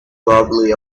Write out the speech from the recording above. probably